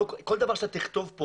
כל דבר שאתה תכתוב כאן,